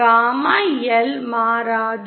gamma L மாறாது